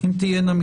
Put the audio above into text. אם תהיינה,